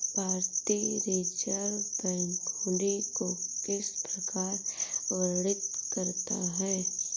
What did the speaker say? भारतीय reserve bank हुंडी को किस प्रकार वर्णित करता है?